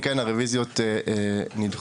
אם כן, הרוויזיות נדחו.